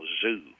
zoo